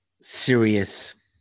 serious